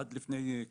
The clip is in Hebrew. עד לפני כשנה-שנתיים